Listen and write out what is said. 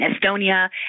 Estonia